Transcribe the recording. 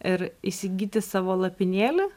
ir įsigyti savo lopinėlį